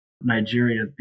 Nigeria